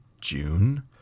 June